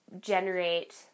generate